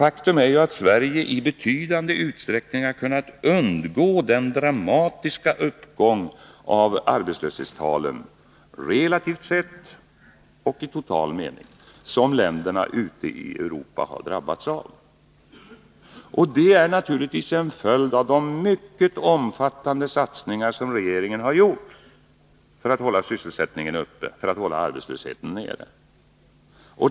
Faktum är att Sverige i betydande utsträckning har kunnat undgå den dramatiska uppgång av arbetslöshetstalen, relativt sett och i total mening, som länderna ute i Europa har drabbats av. Det är naturligtvis en följd av de mycket omfattande satsningar som regeringen har gjort för att hålla sysselsättningen uppe och hålla arbetslösheten nere.